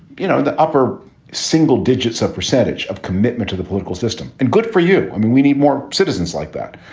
you know, the upper single digits of percentage of commitment to the political system. and good for you. i mean, we need more citizens like that.